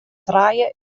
trije